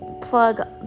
plug